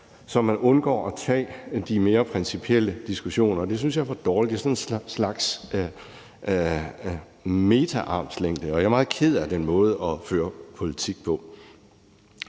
så man undgår at tage de mere principielle diskussioner, og det synes jeg er for dårligt. Det er sådan en slags metaarmslængde, og jeg er meget ked af den måde at føre politik på.